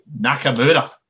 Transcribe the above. Nakamura